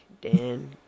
Dan